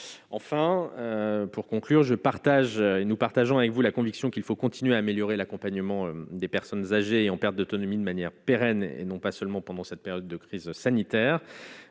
enfin pour conclure, je partage et nous partageons avec vous la conviction qu'il faut continuer à améliorer l'accompagnement des personnes âgées en perte d'autonomie, de manière pérenne et non pas seulement pendant cette période de crise sanitaire,